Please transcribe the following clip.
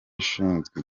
ishinzwe